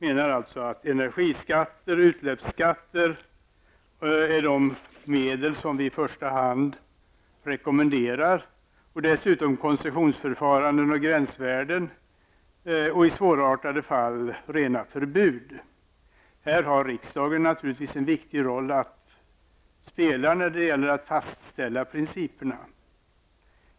Energiskatter, utsläppsskatter och utsläppsavgifter är de medel som vi i första hand rekommenderar. För viss teknik bör dessutom konsessionsförfaranden och gränsvärden tillämpas -- i svårartade fall givetvis rena förbud. Här har riksdagen naturligtvis en viktig roll att spela när det gäller att fastställa principerna.